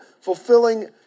fulfilling